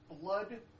blood